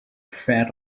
fed